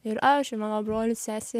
ir aš ir mano brolis sesė